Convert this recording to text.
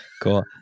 Cool